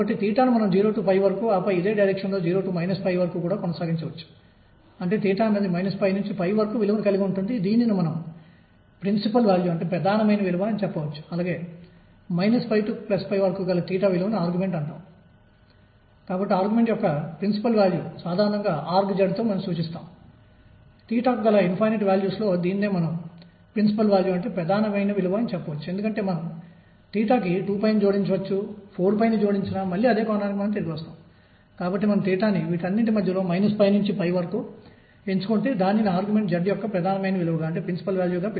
కాబట్టి ప్లాంక్ స్థిరాంకం h angular momentum కోణీయ ద్రవ్యవేగం యొక్క ప్రమాణాలను కలిగి ఉంటుందని గమనించండి మరియు నేను వాస్తవానికి మరో పదాన్ని పరిచయం చేయబోతున్నానుఅంటే ఇది చర్య అని పిలువబడే శాస్త్రీయ పరిమాణం యొక్క ప్రమాణాలను కలిగి ఉంటుంది